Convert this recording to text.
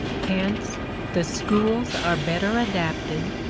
hence the schools are better adapted,